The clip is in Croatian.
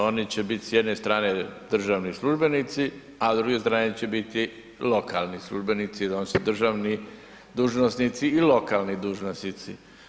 Oni će biti s jedne strane državni službenici, a s druge strane će biti lokalni službenici odnosno državni dužnosnici i lokalni dužnosnici.